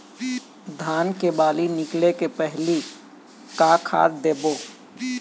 धान के बाली निकले पहली का खाद देबो?